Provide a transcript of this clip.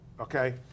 okay